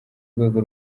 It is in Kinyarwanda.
rwego